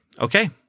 okay